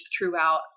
throughout